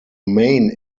main